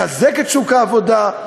לחזק את שוק העבודה.